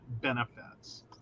benefits